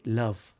love